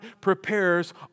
prepares